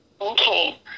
Okay